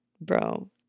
bro